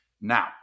now